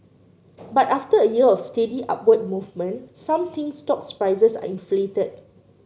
but after a year of steady upward movement some think stocks prices are inflated